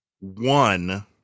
one